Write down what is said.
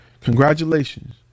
congratulations